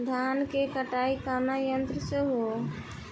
धान क कटाई कउना यंत्र से हो?